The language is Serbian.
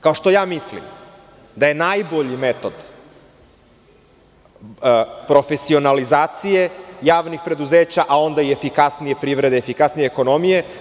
Kao što ja mislim da je najbolji metod profesionalizacije javnih preduzeća, a onda i efikasnije privrede, efikasnije ekonomije.